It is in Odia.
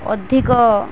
ଅଧିକ